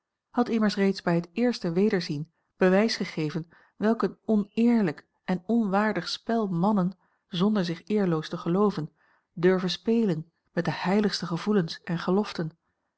had immers reeds bij het eerste wederzien bewijs gegeven welk een oneerlijk en onwaardig spel mannen zonder zich eerloos te gelooven durven spelen met de heiligste gevoelens en geloften